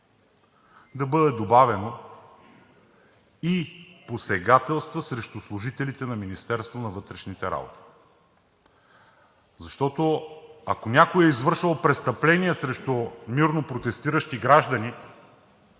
да бъде добавено „и посегателства срещу служителите на Министерството на вътрешните работи“, защото, ако някой е извършвал престъпление срещу мирно протестиращи граждани